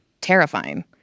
terrifying